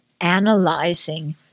analyzing